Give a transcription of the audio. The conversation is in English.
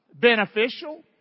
Beneficial